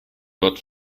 dort